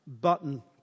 button